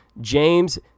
James